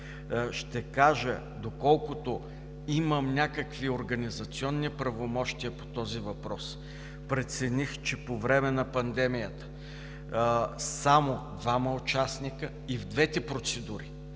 Ще кажа, че доколкото имам някакви организационни правомощия по този въпрос, прецених, че по време на пандемията само двама участници и в двете процедури